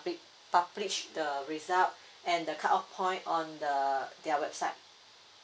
publish the result and the cut off point on the err their website